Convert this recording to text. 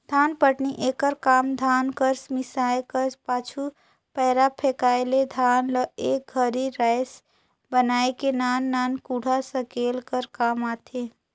धानपटनी एकर काम धान कर मिसाए कर पाछू, पैरा फेकाए ले धान ल एक घरी राएस बनाए के नान नान कूढ़ा सकेले कर काम आथे